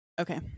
Okay